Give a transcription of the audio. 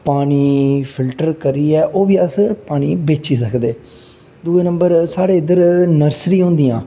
पानी फिल्टर करियै ओह् बी अस पानी बेची सकदे दूऐ नंबर साढ़े इद्धर नर्सरी होंदियां